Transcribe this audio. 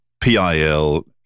PIL